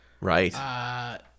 Right